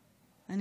הזה.